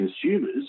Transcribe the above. consumers